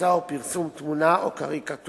השמצה או פרסום תמונה או קריקטורה,